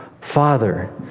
Father